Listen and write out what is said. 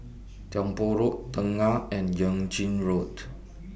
Tiong Poh Road Tengah and Yuan Ching Road